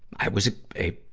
i was a,